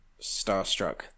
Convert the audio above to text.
starstruck